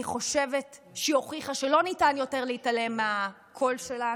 אני חושבת שהיא הוכיחה שלא ניתן יותר להתעלם מהקול שלנו.